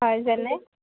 হয় যেনে